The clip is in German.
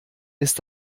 ist